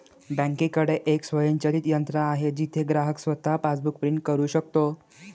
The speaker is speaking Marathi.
बँकेकडे एक स्वयंचलित यंत्र आहे जिथे ग्राहक स्वतः पासबुक प्रिंट करू शकतो